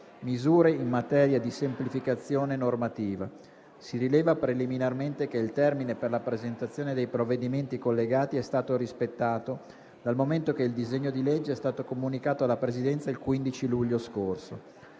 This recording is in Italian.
"Misure in materia di semplificazione normativa". Si rileva preliminarmente che il termine per la presentazione dei provvedimenti collegati è stato rispettato, dal momento che il disegno di legge è stato comunicato alla Presidenza il 15 luglio scorso.